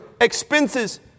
expenses